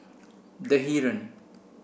The Heeren